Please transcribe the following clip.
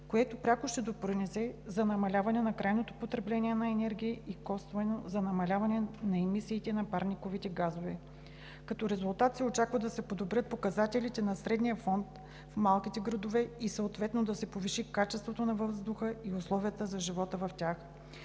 което пряко ще допринесе за намаляване на крайното потребление на енергия и косвено – за намаляване на емисиите на парниковите газове. Като резултат се очаква да се подобрят показателите на средния фон в малките градове и съответно да се повиши качеството на въздуха и условията за живота в тях.